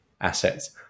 assets